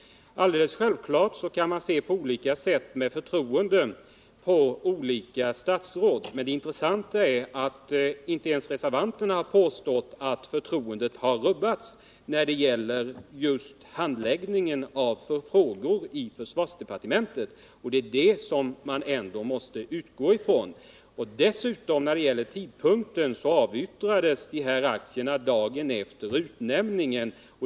& Onsdagen den Alldeles självklart är att man kan se på olika sätt och med olika stort förtroende på olika statsråd, men det intressanta är att inte ens reservanterna har påstått att förtroendet har rubbats när det gäller handläggningen av frågor i försvarsdepartementet. Det är ju det som man ändå måste utgå ifrån. Dessutom avyttrades aktierna dagen efter utnämningen.